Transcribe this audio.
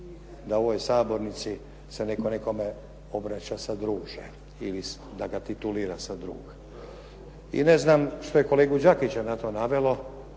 da u ovoj sabornici se netko nekome obraća sa druže ili da ga titulira sa drug. I ne znam što je kolegu Đakića na to navelo.